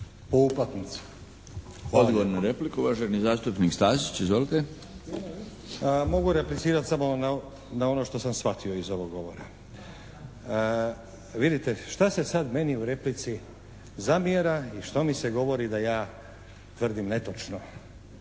Odgovor na repliku, uvaženi zastupnik Stazić. Izvolite. **Stazić, Nenad (SDP)** Mogu replicirati samo na ono što sam shvatio iz ovog govora. Vidite šta se sad meni u replici zamjera i što mi se govori da ja tvrdim netočno?